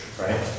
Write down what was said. right